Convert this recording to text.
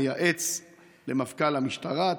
המייעץ למפכ"ל המשטרה,